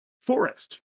forest